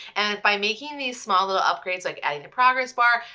and by making these small little upgrades like adding the progress bar,